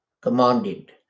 commanded